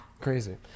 crazy